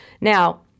Now